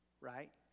right